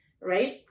Right